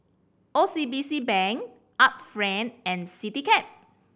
O C B C Bank Art Friend and Citycab